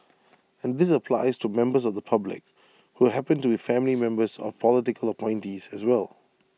and this applies to members of the public who happen to be family members of political appointees as well